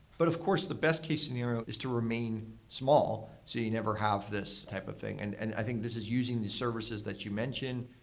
but of course, the best case scenario is to remain small so you you never have this type of thing. and and i think this using the services that you mentioned,